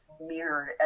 mirrored